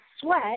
Sweat